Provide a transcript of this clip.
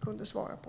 kunde svara på.